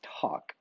talk